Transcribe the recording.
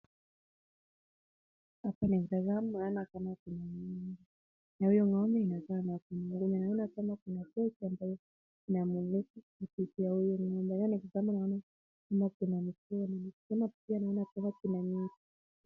Hapa nikitazama naona kama kuna ng'ombe. Na ng'ombe huyo anazaa. Naona kama kuna tochi inamulika. Nikiangalia nyuma naona kuna miti.